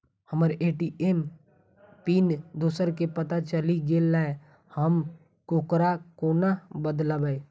हम्मर ATM pin दोसर केँ पत्ता चलि गेलै, हम ओकरा कोना बदलबै?